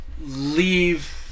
leave